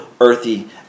earthy